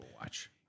watch